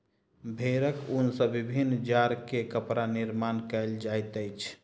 भेड़क ऊन सॅ विभिन्न जाड़ के कपड़ा निर्माण कयल जाइत अछि